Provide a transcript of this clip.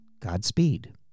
Godspeed